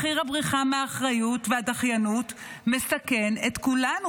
מחיר הבריחה מהאחריות והדחיינות מסכן את כולנו,